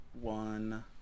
one